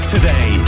Today